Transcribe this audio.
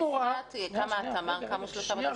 באפרת קמה שכונת התמר, קמו שלושה בתי ספר לפני.